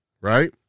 right